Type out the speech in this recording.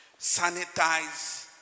sanitize